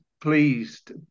pleased